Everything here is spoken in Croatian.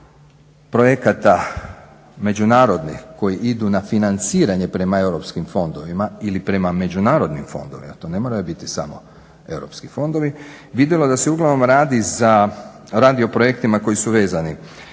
prvih projekata međunarodnih koji idu na financiranje prema europskim fondovima ili prema međunarodnim fondovima, to ne moraju biti samo europski fondovi, vidjelo da se uglavnom radi o projektima koji su vezani